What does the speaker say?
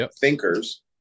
thinkers